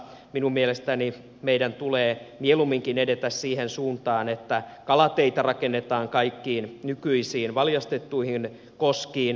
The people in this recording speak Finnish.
minun mielestäni meidän tulee mieluumminkin edetä siihen suuntaan että kalateitä rakennetaan kaikkiin nykyisiin valjastettuihin koskiin